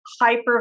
hyper